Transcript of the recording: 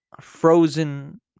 frozen